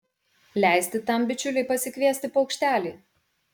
leisti tam bičiuliui pasikviesti paukštelį